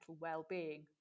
well-being